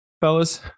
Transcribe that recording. fellas